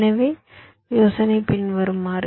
எனவே யோசனை பின்வருமாறு